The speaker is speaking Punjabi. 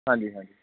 ਹਾਂਜੀ ਹਾਂਜੀ